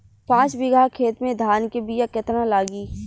पाँच बिगहा खेत में धान के बिया केतना लागी?